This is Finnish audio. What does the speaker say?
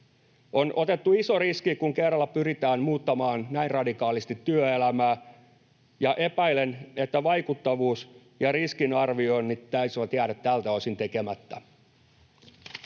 On otettu iso riski, kun kerralla pyritään muuttamaan näin radikaalisti työelämää, ja epäilen, että vaikuttavuus ja riskinarvioinnit taisivat jäädä tältä osin tekemättä.